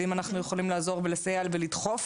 ואם אנחנו יכולים לעזור ולסייע ולדחוף,